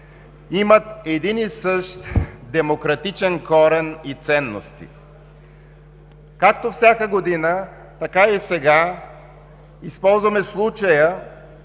има един и същ демократичен корен и ценности. Както всяка година, така и сега използваме случая,